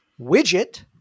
widget